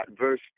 verse